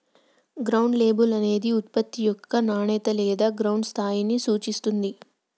ground label అనేది ఉత్పత్తి యొక్క నాణేత లేదా గ్రౌండ్ స్థాయిని సూచిత్తుంది